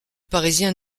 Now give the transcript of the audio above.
parisien